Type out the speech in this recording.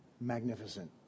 Magnificent